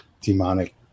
demonic